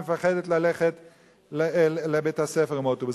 מפחדת לנסוע לבית-הספר באוטובוס.